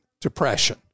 Depression